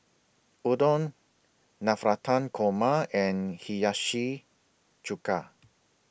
Udon Navratan Korma and Hiyashi Chuka